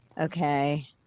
okay